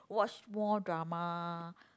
watch more drama